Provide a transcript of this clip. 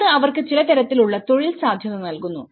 അത് അവർക്ക് ചില തരത്തിൽ ഉള്ള തൊഴിൽ സാധ്യത നൽകുന്നു